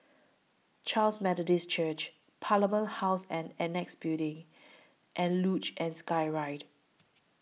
Charis Methodist Church Parliament House and Annexe Building and Luge and Skyride